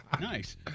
Nice